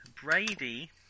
Brady